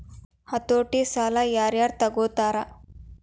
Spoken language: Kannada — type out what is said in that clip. ಹತೋಟಿ ಸಾಲಾ ಯಾರ್ ಯಾರ್ ತಗೊತಾರ?